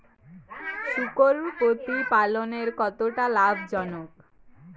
শূকর প্রতিপালনের কতটা লাভজনক?